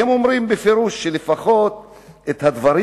והם אומרים בפירוש שלפחות את הדברים